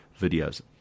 videos